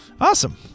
Awesome